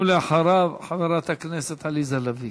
אחריו, חברת הכנסת עליזה לביא.